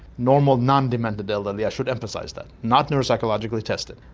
normal non-demented elderly, i should emphasise that, not neuropsychologically tested.